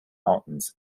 mountains